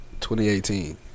2018